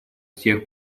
всех